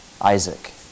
Isaac